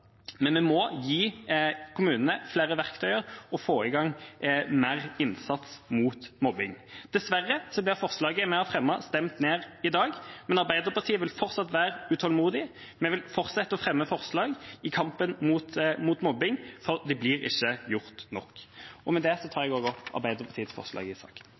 men vi må gi kommunene flere verktøy og få i gang mer innsats mot mobbing. Dessverre blir forslaget vi har fremmet, stemt ned i dag, men Arbeiderpartiet vil fortsatt være utålmodig. Vi vil fortsette å fremme forslag i kampen mot mobbing, for det blir ikke gjort nok.